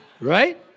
Right